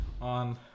on